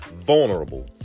vulnerable